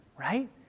right